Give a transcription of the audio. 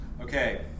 Okay